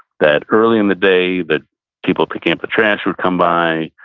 that early in the day, the people picking up the trash would come by,